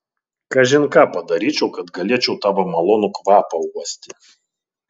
kažin ką padaryčiau kad galėčiau tavo malonų kvapą uosti